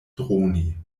droni